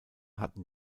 hatten